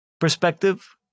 perspective